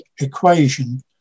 equation